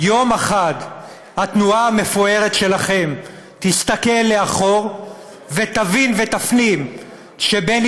יום אחד התנועה המפוארת שלכם תסתכל לאחור ותבין ותפנים שבני